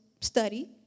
study